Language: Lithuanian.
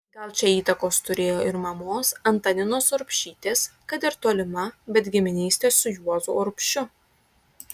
gal čia įtakos turėjo ir mamos antaninos urbšytės kad ir tolima bet giminystė su juozu urbšiu